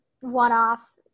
one-off